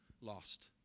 lost